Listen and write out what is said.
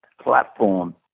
platform